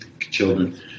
children